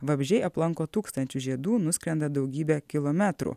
vabzdžiai aplanko tūkstančius žiedų nuskrenda daugybę kilometrų